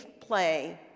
play